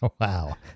Wow